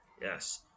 yes